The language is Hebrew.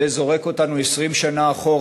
זה זורק אותנו 20 שנה אחורה,